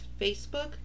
Facebook